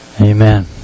Amen